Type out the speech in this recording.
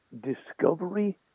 discovery